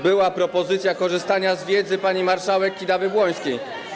Była propozycja korzystania z wiedzy pani marszałek Kidawy-Błońskiej.